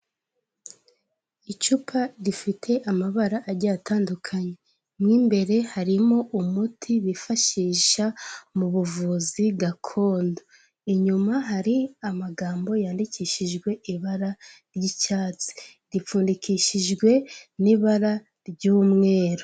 Icupa rifite amabara agiye atandukanye mo imbere harimo umuti bifashisha mu buvuzi gakondo, inyuma hari amagambo yandikishijwe ibara ry'icyatsi ripfundikishijwe n'ibara ry'umweru.